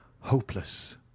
hopeless